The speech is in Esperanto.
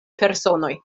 personoj